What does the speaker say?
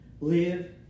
live